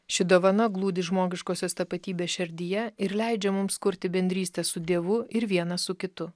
ši dovana glūdi žmogiškosios tapatybės šerdyje ir leidžia mums kurti bendrystę su dievu ir vienas su kitu